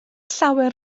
llawer